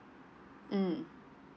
mm